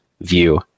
view